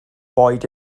boed